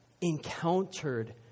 encountered